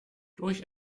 durch